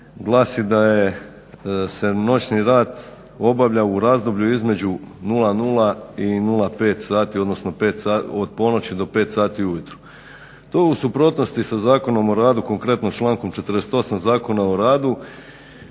glasi da je, se noćni rad obavlja u razdoblju između 00 i 05 sati odnosno od ponoći do 5 sati ujutro. To je u suprotnosti sa Zakonom o radu konkretno člankom 48. Zakona o radu.